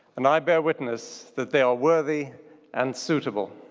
and i bear witness that they are worthy and suitable.